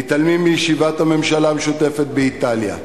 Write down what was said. מתעלמים מישיבת הממשלה המשותפת באיטליה,